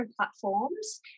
platforms